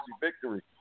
victory